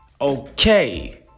Okay